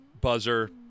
buzzer